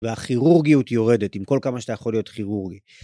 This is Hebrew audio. והכירורגיות יורדת עם כל כמה שאתה יכול להיות כירורגי.